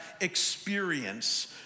experience